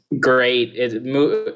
great